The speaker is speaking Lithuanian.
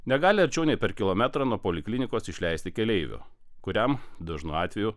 negali arčiau nei per kilometrą nuo poliklinikos išleisti keleivio kuriam dažnu atveju